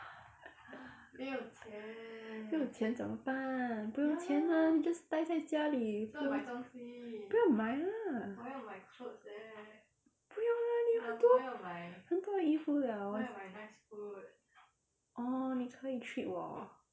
没有钱怎么办不用钱啊你 just 呆在家里不不要买啦不用啦你很多很多衣服 liao orh 你可以 treat 我